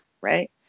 Right